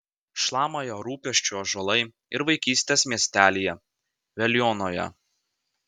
šlama jo rūpesčiu ąžuolai ir vaikystės miestelyje veliuonoje